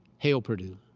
hail purdue.